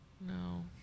No